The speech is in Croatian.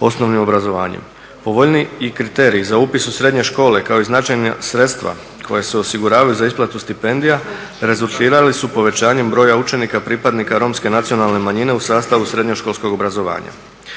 osnovnim obrazovanjem. Povoljniji kriteriji za upis u srednje škole kao i značajna sredstva koja se osiguravaju za isplatu stipendija rezultirali su povećanjem broja učenika pripadnika romske nacionalne manjine u sastavu srednjoškolskog obrazovanja.